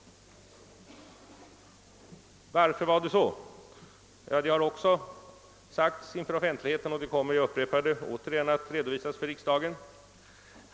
Varför var det så? Jo, det har också sagts inför offentligheten, och det kommer — jag upprepar — återigen att redovisas inför riksdagen.